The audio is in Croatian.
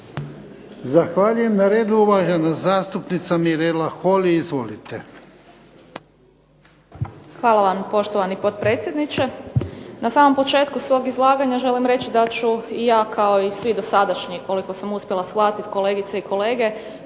Zahvaljujem. Na redu je uvažena zastupnica Mirela Holy. Izvolite. **Holy, Mirela (SDP)** Hvala vam, poštovani potpredsjedniče. Na samom početku svog izlaganja želim reći da ću i ja kao i svi dosadašnji, koliko sam uspjela shvatiti, kolegice i kolege